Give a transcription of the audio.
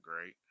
great